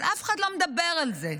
אבל אף אחד לא מדבר על זה.